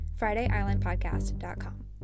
fridayislandpodcast.com